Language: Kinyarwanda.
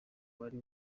wari